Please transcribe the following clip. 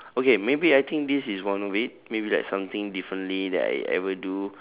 okay maybe I think this is one way maybe like something differently that I ever do